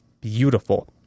beautiful